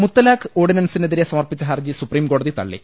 മുത്തലാഖ് ഓർഡിനൻസിനെതിരെ സമർപ്പിച്ച ഹർജി സുപ്രീംകോടതി തള്ളി